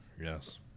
Yes